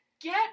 Get